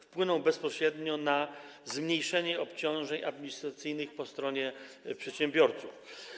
Wpłyną one bezpośrednio na zmniejszenie obciążeń administracyjnych po stronie przedsiębiorców.